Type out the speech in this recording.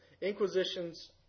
Inquisitions